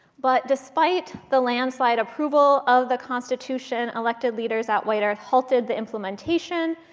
but despite the landslide approval of the constitution, elected leaders at white earth halted the implementation,